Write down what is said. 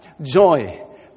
joy